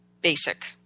basic